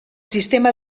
sistema